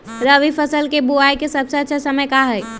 रबी फसल के बुआई के सबसे अच्छा समय का हई?